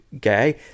gay